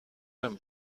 نمی